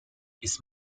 his